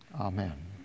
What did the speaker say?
amen